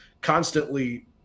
constantly